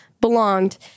belonged